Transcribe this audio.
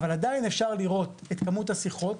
אבל עדיין אפשר לראות את כמות השיחות,